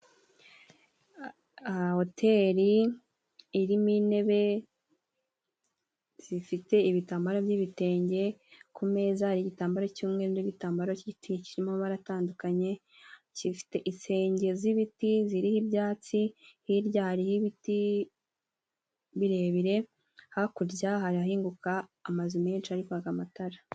Aha hoteri irimo intebe zifite ibitambaro by'ibitenge. Ku meza hari igitambaro cy'umweru n'igitambaro cy'igitenge kirimo amabara atandukanye, gifite ifite insenge z'ibiti ziriho ibyatsi, hirya hari y'ibiti birebire, hakurya harahinguka amazu menshi arikwaka amatara.